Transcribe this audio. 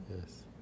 Yes